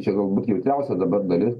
čia galbūt jautriausia dabar dalis